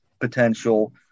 potential